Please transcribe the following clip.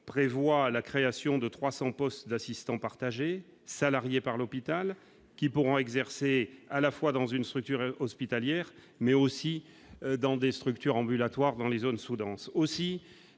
prévoit la création de 300 postes d'assistants partagés salariés par l'hôpital qui pourront exercer à la fois dans une structure hospitalière, mais aussi dans des structures ambulatoires dans les zones sous-denses aussi